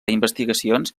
investigacions